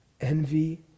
envy